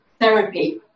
therapy